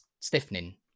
Stiffening